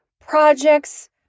projects